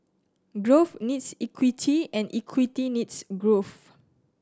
growth needs equity and equity needs growth